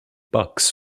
bucks